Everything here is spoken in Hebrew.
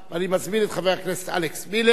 אני מזמין את חבר הכנסת אלכס מילר,